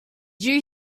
you